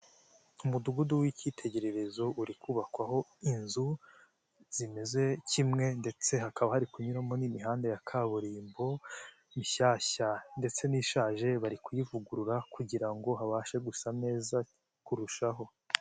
Umudugudu w'icyitegererezo uri kubakwaho inzu zimeze kimwe ndetse hakaba hari kunyuramo n'imihanda ya kaburimbo mishyashya ndetse n'ishaje bari kuyivugurura kugira ngo habashe gusa neza kurushaho.